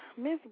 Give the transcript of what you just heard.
Miss